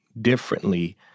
differently